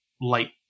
light